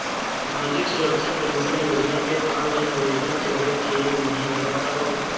सामाजिक सुरक्षा पेंशन योजना के ऑनलाइन आवेदन करे के विधि ला बतावव